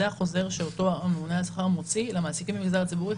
זה החוזר שאותו הממונה על השכר מוציא למעסיקים במגזר הציבורי.